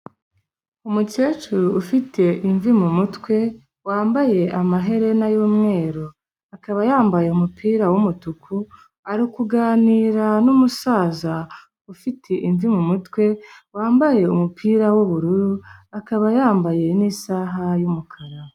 Umukecuru ufite imvi mumutwe wambaye amaherena y'umweru, akaba yambaye umupira wumutuku. Arikuganira numusaza ufite imvi mumutwe, wambaye umupira w'ubururu, akaba yambaye nisaha yumukara.